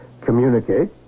communicate